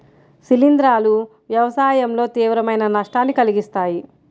శిలీంధ్రాలు వ్యవసాయంలో తీవ్రమైన నష్టాన్ని కలిగిస్తాయి